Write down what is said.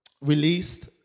released